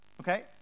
okay